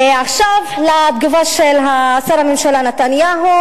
עכשיו לתגובה של ראש הממשלה נתניהו.